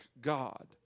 God